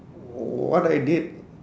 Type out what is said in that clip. what I did